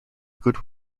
good